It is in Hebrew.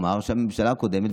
אמר שהממשלה הקודמת,